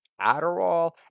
Adderall